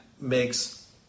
makes